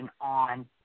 on